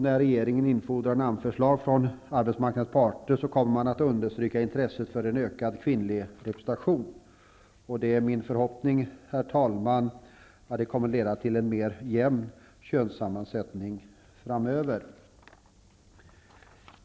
När regeringen infordrar namnförslag från arbetsmarknadens parter kommer man att understryka intresset av en ökad kvinnlig representation. Det är min förhoppning, herr talman, att detta kommer att leda till en jämnare könssammansättning framöver.